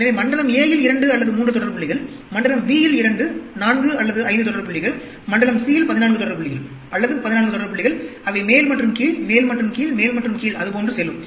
எனவே மண்டலம் a இல் 2 அல்லது 3 தொடர் புள்ளிகள் மண்டலம் b இல் 2 4 அல்லது 5 தொடர் புள்ளிகள் மண்டலம் c இல் 14 தொடர் புள்ளிகள் அல்லது 14 தொடர் புள்ளிகள் அவை மேல் மற்றும் கீழ் மேல் மற்றும் கீழ் மேல் மற்றும் கீழ் அது போன்று செல்லும்